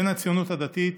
בן הציונות הדתית